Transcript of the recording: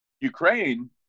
Ukraine